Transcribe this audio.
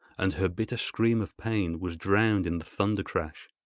and her bitter scream of pain was drowned in the thundercrash.